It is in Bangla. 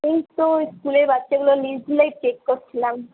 এই তো স্কুলের বাচ্চাগুলোর লিস্টগুলোই চেক করছিলাম